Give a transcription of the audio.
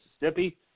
Mississippi